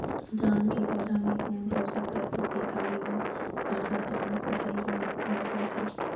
धान के पौधा मे कोन पोषक तत्व के कमी म सड़हा पान पतई रोग हर होथे?